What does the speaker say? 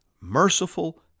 merciful